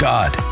God